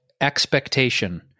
expectation